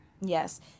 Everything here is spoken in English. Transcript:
Yes